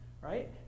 right